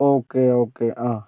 okay okay ആ